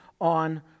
on